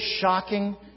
shocking